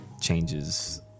changes